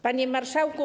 Panie Marszałku!